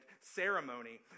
ceremony